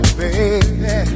baby